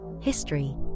history